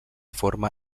forma